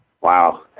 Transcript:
Wow